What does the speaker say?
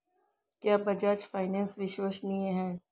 क्या बजाज फाइनेंस विश्वसनीय है?